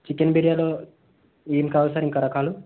chicken బిర్యానీలో ఏం కావాలి సార్ ఇంకా రకాలు